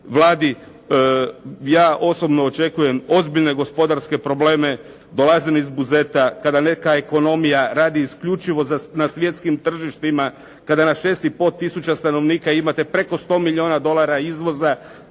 Vladi. Ja osobno očekujem ozbiljne gospodarske probleme. Dolazim iz Buzeta, kada neka ekonomija radi isključivo na svjetskim tržištima, kada na 6,5 tisuća stanovnika imate preko 100 milijuna dolara izvoza,